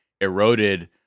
eroded